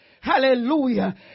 Hallelujah